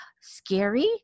scary